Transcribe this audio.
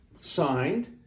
signed